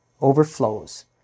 overflows